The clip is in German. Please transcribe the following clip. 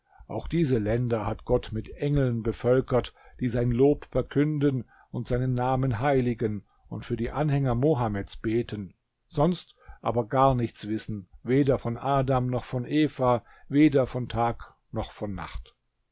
auch diese länder hat gott mit engeln bevölkert die sein lob verkünden und seinen namen heiligen und für die anhänger mohammeds beten sonst aber gar nichts wissen weder von adam noch von eva weder von tag noch von nacht